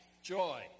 Joy